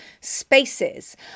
spaces